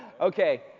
Okay